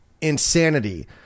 insanity